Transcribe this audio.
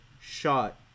shot